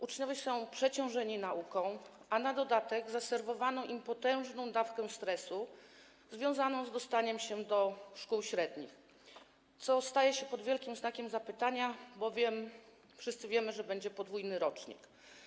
Uczniowie są przeciążeni nauką, a na dodatek zaserwowano im potężną dawkę stresu związanego z dostaniem się do szkół średnich, co staje pod wielkim znakiem zapytania, bowiem wszyscy wiemy, że będzie podwójny rocznik.